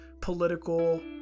political